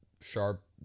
sharp